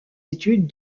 études